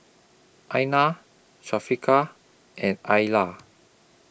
Aina and